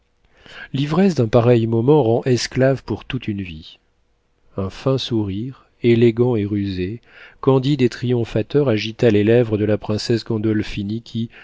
l'ivresse d'un pareil moment rend esclave pour toute une vie un fin sourire élégant et rusé candide et triomphateur agita les lèvres de la princesse gandolphini qui